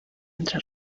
entre